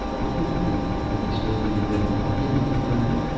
where would it be? would they store it underground? hidden underground?